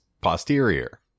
posterior